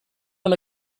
own